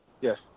Yes